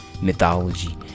mythology